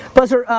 buzzer,